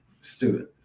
students